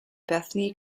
bethany